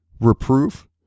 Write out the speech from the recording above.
reproof